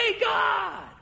God